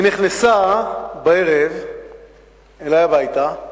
היא נכנסה אלי הביתה בערב,